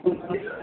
उस वीडिओमे देखा दो